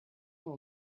will